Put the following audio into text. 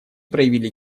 проявили